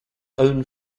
own